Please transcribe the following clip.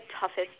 toughest